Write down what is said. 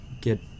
get